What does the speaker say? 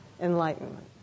enlightenment